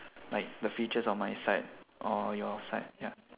like the features on my side or your side ya